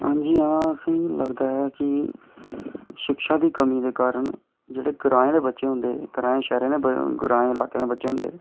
आं जी आं असें गी लगदा ऐ कि शिक्षा दी कमी दे कारण जेह्के ग्राएं शैहरें ग्राएं दे बच्चे होंदे